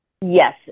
yes